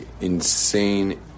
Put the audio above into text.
insane